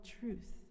truth